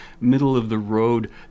middle-of-the-road